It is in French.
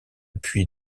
puits